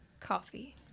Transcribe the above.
coffee